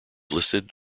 listed